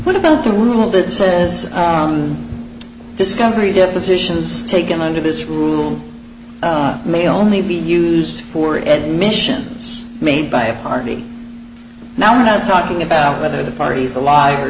what about the rule that says on discovery depositions taken under this rule may only be used for admissions made by a party now talking about whether the parties alive or